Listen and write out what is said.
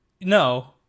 no